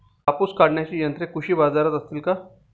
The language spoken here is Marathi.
कापूस काढण्याची यंत्रे कृषी बाजारात असतील का?